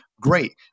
great